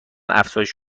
افزایش